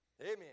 Amen